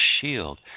shield